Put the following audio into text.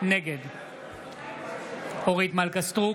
נגד אורית מלכה סטרוק,